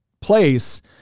place